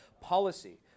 policy